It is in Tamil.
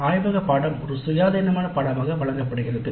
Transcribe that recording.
ஆய்வக பாடநெறி ஒரு சுயாதீனமான பாடமாக வழங்கப்படுகிறது